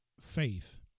faith